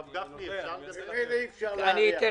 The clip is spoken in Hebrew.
אני רוצה תשובות, לא רק שאלות.